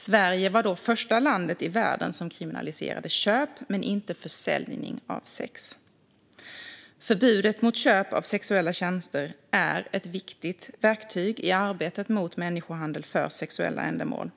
Sverige var då det första landet i världen som kriminaliserade köp, men inte försäljning, av sex. Förbudet mot köp av sexuella tjänster är ett viktigt verktyg i arbetet mot människohandel för sexuella ändamål.